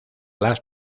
las